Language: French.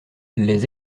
les